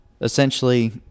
Essentially